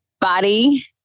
body